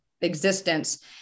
existence